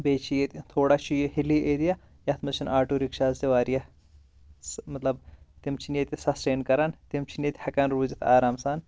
بیٚیہِ چھُ ییٚتہِ تھوڑا چھ ییٚتہِ ہِلی ایریا یَتھ منٛز چھِنہٕ آٹو رِکشاز تہٕ واریاہ مطلَب تِم چھِنہٕ ییٚتہِ سَسٹین کَران تِم چھِنہٕ ییٚتہِ ہیکان روٗزِتھ آرام سان